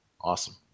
Awesome